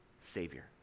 savior